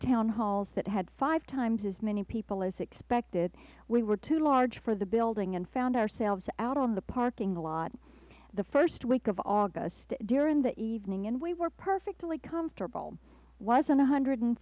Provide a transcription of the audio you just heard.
halls that had five times as many people as expected we were too large for the building and found ourselves out on the parking lot the first week of august during the evening and we were perfectly comfortable it was one hundred and